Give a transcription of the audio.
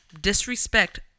disrespect